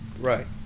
right